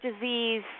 disease